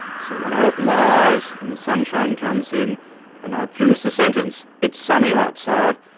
so when i open my eyes and the sunshine comes in and i produce the sentence, it's sunny outside,